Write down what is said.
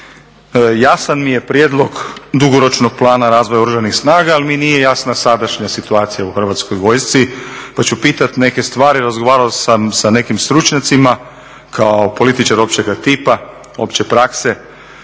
Jasan mi je prijedlog dugoročnog plana razvoja oružanih snaga ali mi nije jasna sadašnja situacija u Hrvatskoj vojsci pa ću pitati neke stvari. razgovarao sam sa nekim stručnjacima kao političar općega tipa, opće prakse